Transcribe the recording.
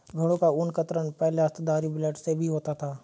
भेड़ों का ऊन कतरन पहले हस्तधारी ब्लेड से भी होता है